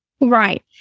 Right